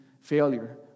failure